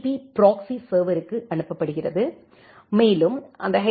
B proxy சர்வருக்கு அனுப்பப்படுகிறது மேலும் அந்த எச்